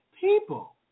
people